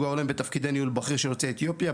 ההולם בתפקידי ניהול בכיר של יוצאי אתיופיה,